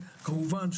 כמובן,